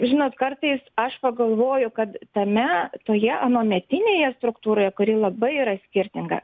žinot kartais aš pagalvoju kad tame toje anuometinėje struktūroje kuri labai yra skirtinga